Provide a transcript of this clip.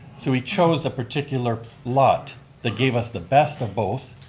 so we chose a particular lot that gave us the best of both,